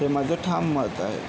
हे माझं ठाम मत आहे